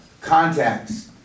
Contacts